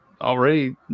already